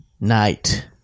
Night